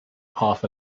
half